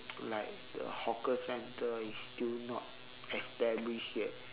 like the hawker centre it's still not established yet